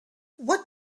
what